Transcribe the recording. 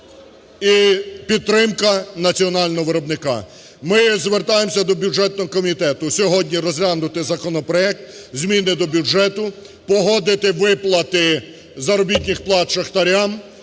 і підтримка національного виробника. Ми звертаємося до бюджетного комітету сьогодні розглянути законопроект, зміни до бюджету, погодити виплати заробітних плат шахтарям.